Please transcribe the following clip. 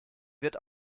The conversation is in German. wird